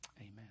amen